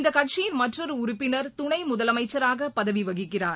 இந்தகட்சியின் மற்றொருஉறுப்பினர் துணைமுதலமைச்சராகபதவிவகிக்கிறார்